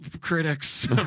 critics